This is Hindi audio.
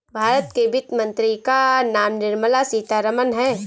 भारत के वित्त मंत्री का नाम निर्मला सीतारमन है